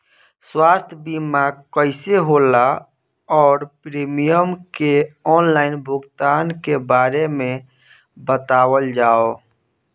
स्वास्थ्य बीमा कइसे होला और प्रीमियम के आनलाइन भुगतान के बारे में बतावल जाव?